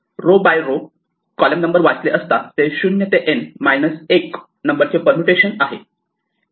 row by row column number वाचले असता 0 ते N मायनस 1 नंबरचे परमुटेशन आहे